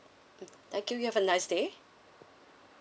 mm thank you you have a nice day